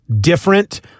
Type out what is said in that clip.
different